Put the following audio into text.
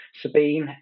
Sabine